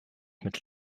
mit